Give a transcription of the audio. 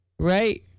Right